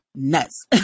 nuts